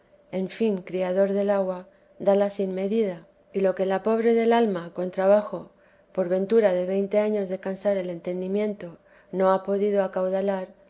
en fin criador del agua dala sin medida y lo que la pobre del alma teresa de jesús con trabajo por ventura de veinte años de cansar el entendimiento no ha podido acaudalar